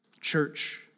Church